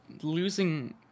losing